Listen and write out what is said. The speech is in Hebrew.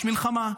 יש מלחמה,